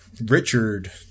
Richard